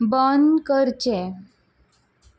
बंद करचें